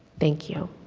thank you!